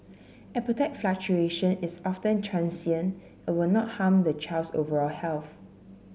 appetite fluctuation is often transient and will not harm the child's overall health